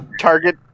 target